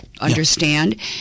understand